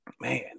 Man